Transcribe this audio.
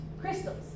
crystals